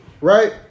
Right